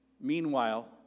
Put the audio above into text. Meanwhile